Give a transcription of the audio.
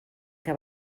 que